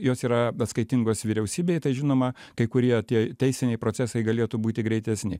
jos yra atskaitingos vyriausybei tai žinoma kai kurie tie teisiniai procesai galėtų būti greitesni